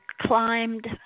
climbed